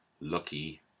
lucky